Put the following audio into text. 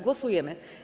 Głosujemy.